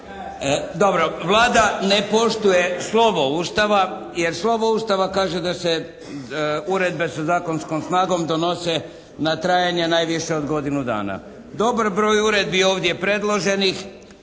Dobro. Vlada ne poštuje slovo Ustava jer slovo Ustava kaže da se uredbe sa zakonskom snagom donose na trajanje najviše od godinu dana. Dobro, broj uredbi ovdje predloženih